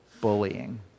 bullying